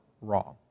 wrong